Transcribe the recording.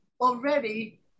already